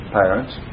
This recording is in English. parents